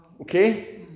Okay